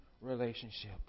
relationship